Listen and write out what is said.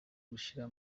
gushira